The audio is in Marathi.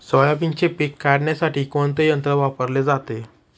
सोयाबीनचे पीक काढण्यासाठी कोणते यंत्र वापरले जाते?